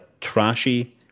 trashy